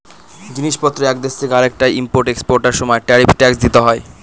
জিনিস পত্রের এক দেশ থেকে আরেকটায় ইম্পোর্ট এক্সপোর্টার সময় ট্যারিফ ট্যাক্স দিতে হয়